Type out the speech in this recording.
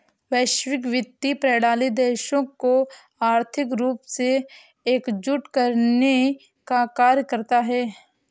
वैश्विक वित्तीय प्रणाली देशों को आर्थिक रूप से एकजुट करने का कार्य करता है